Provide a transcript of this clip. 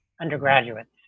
undergraduates